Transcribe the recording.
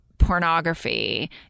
pornography